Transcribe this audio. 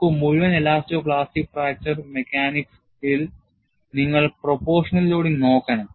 നോക്കൂ മുഴുവൻ elasto plastic fracture mechanics ഇൽ നിങ്ങൾ proportional ലോഡിംഗ് നോക്കണം